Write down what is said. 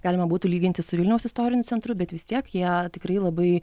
galima būtų lyginti su vilniaus istoriniu centru bet vis tiek jie tikrai labai